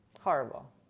Horrible